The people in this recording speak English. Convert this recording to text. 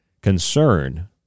concern